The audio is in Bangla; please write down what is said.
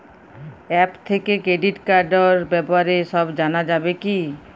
অ্যাপ থেকে ক্রেডিট কার্ডর ব্যাপারে সব জানা যাবে কি?